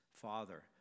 Father